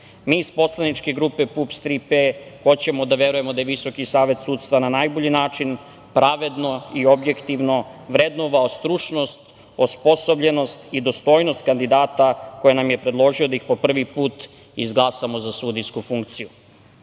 iz poslaničke grupe PUPS – „Tri P“ hoćemo da verujemo da je Visoki savet sudstva na najbolji način, pravedno i objektivno vrednovao stručnost, osposobljenost i dostojnost kandidata koje nam je predložio da ih po prvi put izglasamo za sudijsku funkciju. Takođe